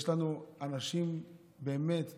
יש לנו אנשים באמת טובים,